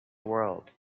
world